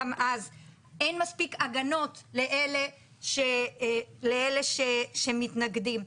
אין מספיק הגנות לאלה שמתנגדים.